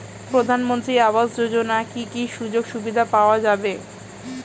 প্রধানমন্ত্রী আবাস যোজনা কি কি সুযোগ সুবিধা পাওয়া যাবে?